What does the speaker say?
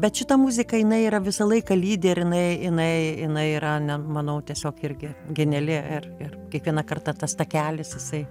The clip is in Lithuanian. bet šita muzika jinai yra visą laiką lydi ir jinai inai inai yra ne manau tiesiog irgi geniali ir ir kiekvieną kartą tas takelis jisai